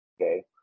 Okay